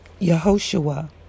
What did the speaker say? Yehoshua